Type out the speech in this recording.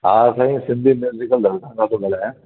हा साईं सिंधियुनि में अॼुकल्ह